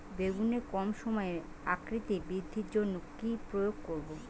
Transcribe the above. বেগুনের কম সময়ে আকৃতি বৃদ্ধির জন্য কি প্রয়োগ করব?